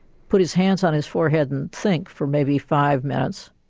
put his hands on his forehead and think for maybe five minutes,